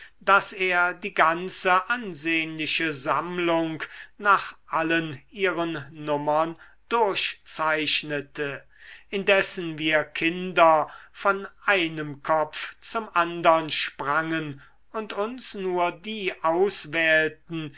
daß er die ganze ansehnliche sammlung nach allen ihren nummern durchzeichnete indessen wir kinder von einem kopf zum andern sprangen und uns nur die auswählten